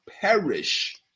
perish